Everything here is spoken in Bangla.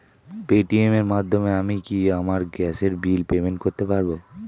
পেটিএম এর মাধ্যমে আমি কি আমার গ্যাসের বিল পেমেন্ট করতে পারব?